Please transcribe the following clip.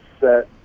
set